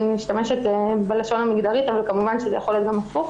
אני משתמשת בלשון המגדרית אבל כמובן שזה יכול להיות גם הפוך